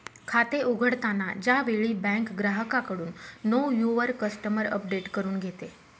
खाते उघडताना च्या वेळी बँक ग्राहकाकडून नो युवर कस्टमर अपडेट करून घेते